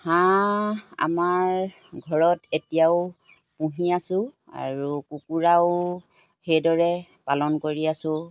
হাঁহ আমাৰ ঘৰত এতিয়াও পুহি আছো আৰু কুকুৰাও সেইদৰে পালন কৰি আছো